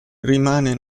rimane